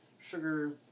sugar